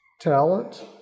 talent